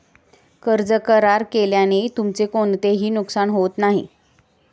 कर्ज करार केल्याने तुमचे कोणतेही नुकसान होत नाही